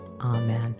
Amen